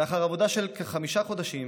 לאחר עבודה של כחמישה חודשים